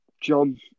John